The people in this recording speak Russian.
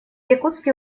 якутске